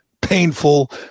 painful